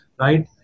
right